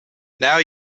now